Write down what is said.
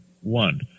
one